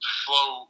flow